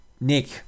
Nick